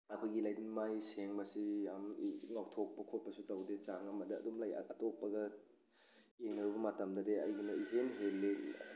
ꯑꯩꯈꯣꯏꯒꯤ ꯃꯥꯒꯤ ꯁꯦꯡꯕꯁꯤ ꯌꯥꯝ ꯉꯧꯊꯣꯛꯄ ꯈꯣꯠꯄꯁꯨ ꯇꯧꯗꯦ ꯆꯥꯡ ꯑꯃꯗ ꯑꯗꯨꯝ ꯂꯩ ꯑꯇꯣꯞꯄꯒ ꯌꯦꯡꯅꯔꯨꯕ ꯃꯇꯝꯗꯗꯤ ꯑꯩꯒꯤꯅ ꯏꯍꯦꯟ ꯍꯦꯜꯂꯤ